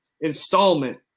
installment